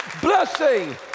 Blessing